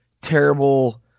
terrible